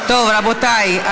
רבותיי,